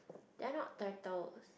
they are not turtles